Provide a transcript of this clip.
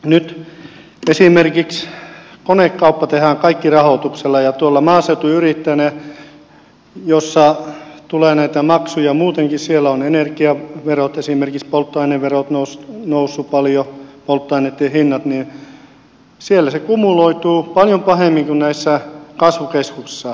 nyt esimerkiksi konekauppa tehdään kaikki rahoituksella ja maaseutuyrittäjänä kun tulee näitä maksuja muutenkin siellä ovat energiaverot esimerkiksi polttoaineverot nousseet paljon polttoaineitten hinnat niin siellä se rahan hinta kumuloituu paljon pahemmin kuin kasvukeskuksissa